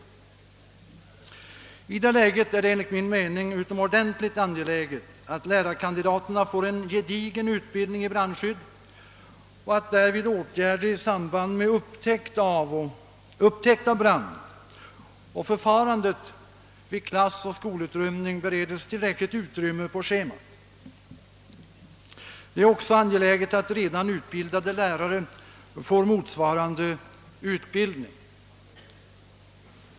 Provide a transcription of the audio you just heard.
I det läget är det enligt min mening utomordentligt angeläget att lärarkandidaterna får gedigen utbildning i brandskydd och att därvid åtgärder i samband med upptäckt av brand och förfarandet vid klassoch skolutrymning bereds tillräckligt utrymme på schemat. Det är också angeläget att redan utbildade lärare får motsvarande utbildning.